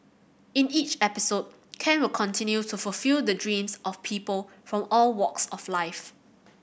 in each episode Ken will continue to fulfil the dreams of people from all walks of life